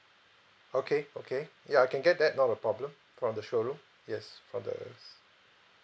okay okay ya I can get that not a problem from the showroom yes from the